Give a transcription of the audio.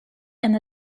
and